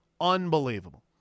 Unbelievable